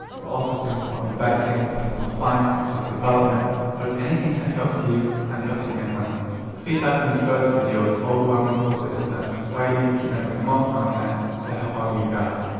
but also things about investing, personal finance, self-development or just anything that helps you and helps you make money. the feedback on the first video was overwhelmingly positive and that's inspired me to keep making more content to help out you guys.